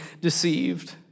deceived